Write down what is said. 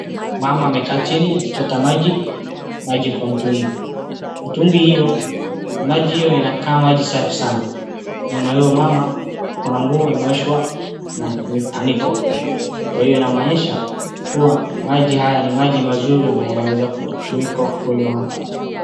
Mama amekaa chini akichota maji, maji kwa mtungi. Mtungi hiyo maji hiyo inakaa safi sana. Nyuma ya huyo mama kuna nguo imeoshwa na kuanikwa kwa hiyo inamaanisha maji haya ni maji mazuri na inaweza kutumika kukunywa hata.